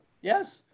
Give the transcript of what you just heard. Yes